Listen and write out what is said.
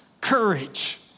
courage